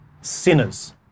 sinners